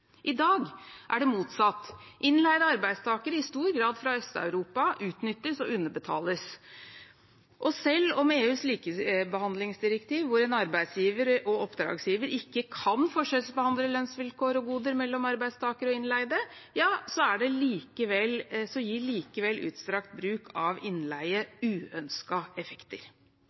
I dag er det motsatt. Innleide arbeidstakere, i stor grad fra Øst-Europa, utnyttes og underbetales, og selv med EUs likebehandlingsdirektiv, hvor en arbeidsgiver og oppdragsgiver ikke kan forskjellsbehandle lønnsvilkår og goder mellom arbeidstakere og innleide, gir likevel utstrakt bruk av innleie uønskede effekter.